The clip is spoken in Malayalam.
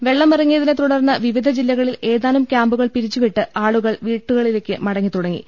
വെള്ളമിറങ്ങിയതിനെത്തുടർന്ന് വിവിധ ജില്ലകളിൽ ഏതാനും ക്യാമ്പുകൾ പിരിച്ചുവിട്ട് ആളുകൾ വ്യീടുകളിലേക്ക് മടങ്ങിത്തുടങ്ങി